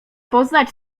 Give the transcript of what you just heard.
poznać